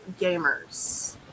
gamers